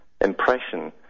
impression